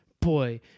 boy